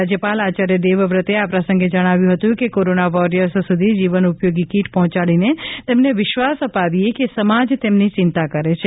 રાજ્યપાલ આચાર્ય દેવવ્રતે આ પ્રસંગે જણાવ્યું હતું કે કોરોના વોરિયર્સ સુધી જીવન ઉપયોગી કીટ પહોંચાડીને તેમને વિશ્વાસ અપાવીએ કે સમાજ તેમની ચિંતા કરે છે